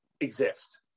exist